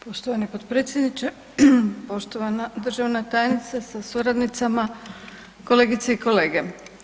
Poštovani potpredsjedniče, poštovana državna tajnice sa suradnicama, kolegice i kolege.